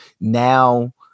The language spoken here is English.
Now